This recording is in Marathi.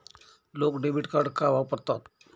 लोक डेबिट कार्ड का वापरतात?